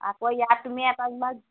আকৌ ইয়াত তুমি